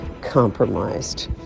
compromised